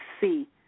see